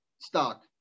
stock